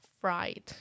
fried